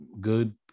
good